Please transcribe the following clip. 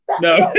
no